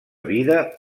vida